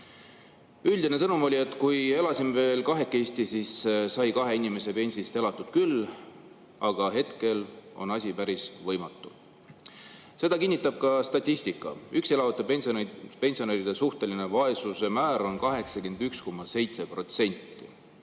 Üldine sõnum oli, et kui elasime veel kahekesi, siis sai kahe inimese pensist elatud küll, aga hetkel on asi päris võimatu. Seda kinnitab ka statistika. Üksi elavate pensionäride suhtelise vaesuse määr on 81,7%.